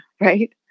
right